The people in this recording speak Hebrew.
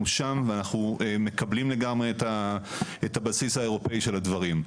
שם ואנחנו מקבלים לגמרי את הבסיס האירופאי של הדברים.